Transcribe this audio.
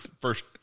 first